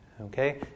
Okay